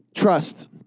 trust